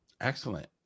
excellent